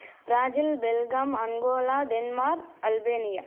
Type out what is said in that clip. Brazil Belgium Angola Denmark Albania